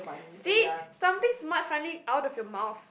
see something smart finally out of your mouth